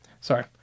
Sorry